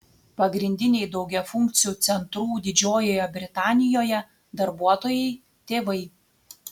pagrindiniai daugiafunkcių centrų didžiojoje britanijoje darbuotojai tėvai